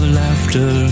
laughter